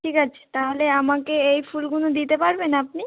ঠিক আছে তাহলে আমাকে এই ফুলগুলো দিতে পারবেন আপনি